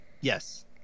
Yes